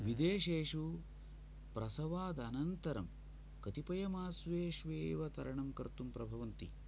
विदेशेषु प्रसवादनन्तरं कतिपयमास्वेष्वेव तरणं कर्तुं प्रभवन्ति